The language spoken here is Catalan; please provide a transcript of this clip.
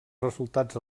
resultats